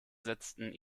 setzten